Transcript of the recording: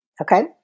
Okay